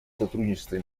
сотрудничества